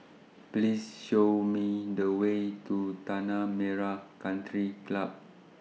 Please Show Me The Way to Tanah Merah Country Club